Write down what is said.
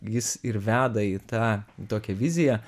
jis ir veda į tą tokią viziją